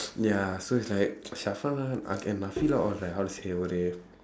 ya so it's like ak~ and all like how to say